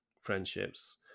friendships